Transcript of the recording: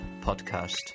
podcast